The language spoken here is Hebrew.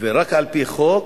ורק על-פי חוק